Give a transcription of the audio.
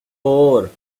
four